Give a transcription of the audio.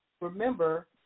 remember